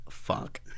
Fuck